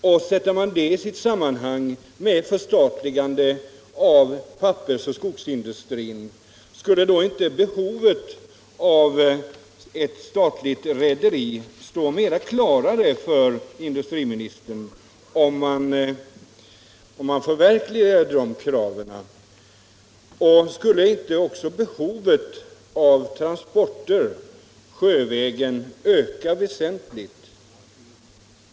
Om man förverkligade kraven på ett förstatligande av pappersoch skogsindustrin, skulle då inte behovet av ett statligt rederi framstå som klarare för industriministern? Skulle då inte behovet av transporter sjövägen öka väsentligt?